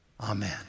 Amen